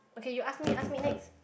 okay you ask me ask me next